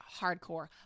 hardcore